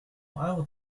will